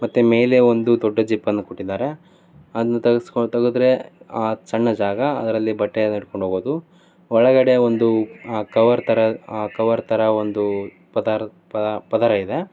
ಮತ್ತೆ ಮೇಲೆ ಒಂದು ದೊಡ್ಡ ಜಿಪ್ಪನ್ನು ಕೊಟ್ಟಿದ್ದಾರೆ ಅದ್ನ ತೆಗೆಸ್ಕೊ ತೆಗೆದ್ರೆ ಸಣ್ಣ ಜಾಗ ಅದರಲ್ಲಿ ಬಟ್ಟೆಯೆಲ್ಲ ಇಟ್ಕೊಂಡು ಹೋಗ್ಬೋದು ಒಳಗಡೆ ಒಂದು ಕವರ್ ಥರ ಕವರ್ ಥರ ಒಂದು ಪದರ ಪದರ ಇದೆ